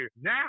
Now